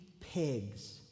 pigs